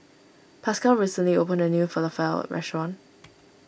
Pascal recently opened a new Falafel restaurant